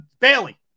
Bailey